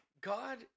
God